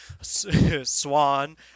Swan